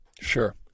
Sure